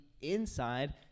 inside